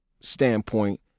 standpoint